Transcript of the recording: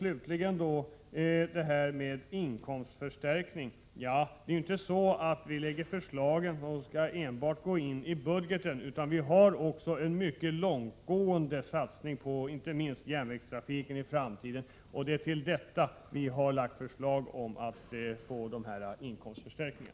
Slutligen det här med inkomstförstärkning. Vi lägger inte förslagen enbart för att få in pengar i budgeten, utan vi har en mycket långtgående satsning på inte minst järnvägstrafiken i framtiden, och det är för detta ändamål vi föreslår inkomstförstärkningar.